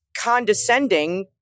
condescending